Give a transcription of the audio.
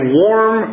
warm